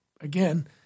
again